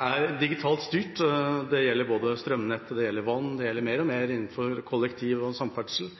grad digitalt styrt. Det gjelder strømnettet, det gjelder vann, det gjelder mer og mer innenfor kollektiv og samferdsel.